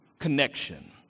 connection